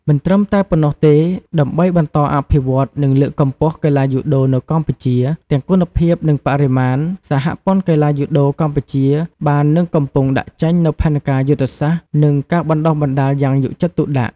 មិនត្រឹមតែប៉ុណ្ណោះទេ ដើម្បីបន្តអភិវឌ្ឍ និងលើកកម្ពស់កីឡាយូដូនៅកម្ពុជា ទាំងគុណភាព និងបរិមាណ សហព័ន្ធកីឡាយូដូកម្ពុជាបាននិងកំពុងដាក់ចេញនូវផែនការយុទ្ធសាស្ត្រ និងការបណ្តុះបណ្តាលយ៉ាងយកចិត្តទុកដាក់ ។